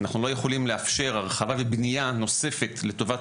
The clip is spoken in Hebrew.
אנחנו לא יכולים לאשר הרחבה ובנייה נוספת לטובת